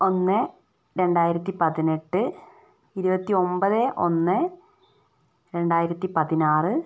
ഒന്നെ രണ്ടായിരത്തി പതിനെട്ട് ഇരുപത്തി ഒൻപത് ഒന്നെ രണ്ടായിരത്തി പതിനാറ്